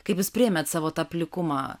kaip jūs priėmėt savo tą plikumą